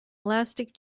elastic